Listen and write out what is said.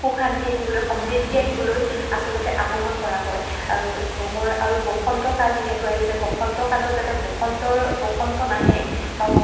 সুখ শান্তি আহিবলৈ সমৃদ্ধি আহিবলৈ আচলতে আগমণ কৰা হয় ৰঙৰ আৰু বসন্ত কাল যিহেতু আহিছে বসন্ত কালত যাতে বসন্তৰ বসন্ত নাহে বা